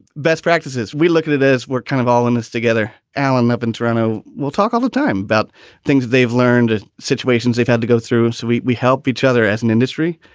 best practices. we look at it as we're kind of all in this together. alan live in toronto. we'll talk all the time about things they've learned and situations they've had to go through. so we we help each other as an industry.